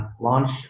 launch